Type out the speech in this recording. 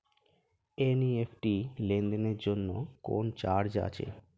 NEFT লেনদেনের জন্য কোন চার্জ আছে?